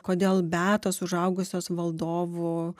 kodėl beatos užaugusios valdovų